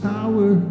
Power